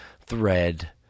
thread